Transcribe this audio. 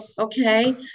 Okay